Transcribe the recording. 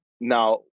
Now